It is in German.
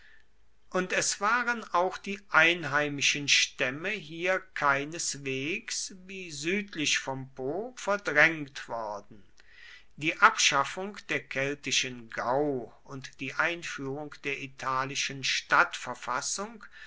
und es waren auch die einheimischen stämme hier keineswegs wie südlich vom po verdrängt worden die abschaffung der keltischen gau und die einführung der italischen